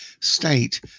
state